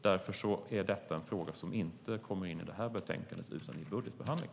Därför kom frågan inte in i det här betänkandet, utan den kommer med vid budgetbehandlingen.